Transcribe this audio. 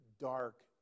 dark